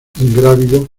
ingrávido